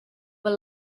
were